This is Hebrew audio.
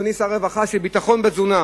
אדוני שר הרווחה, של ביטחון בתזונה.